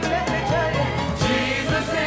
Jesus